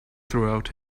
throughout